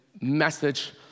message